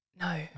No